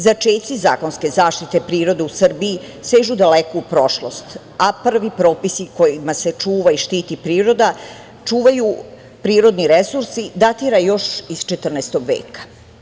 Začeci zakonske zaštite prirode u Srbiji sežu daleko u prošlost, a prvi propisi kojima se čuva i štiti priroda, čuvaju prirodni resursi, datira još iz 14. veka.